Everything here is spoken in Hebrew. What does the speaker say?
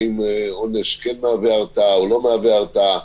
האם עונש כן מהווה הרתעה או לא מהווה הרתעה.